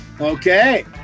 Okay